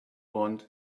want